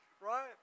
right